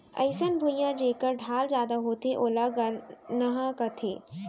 अइसन भुइयां जेकर ढाल जादा होथे ओला गरनहॉं कथें